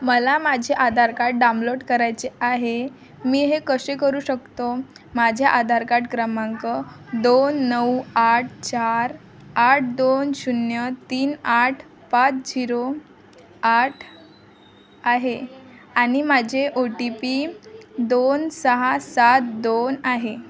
मला माझे Aadhaar card download करायचे आहे मी हे कसे करू शकतो माझ्या आधार काड क्रमांक दोन नऊ आठ चार आठ दोन शून्य तीन आठ पाच झिरो आठ आहे आणि माझे ओ टी पी दोन सहा सात दोन आहे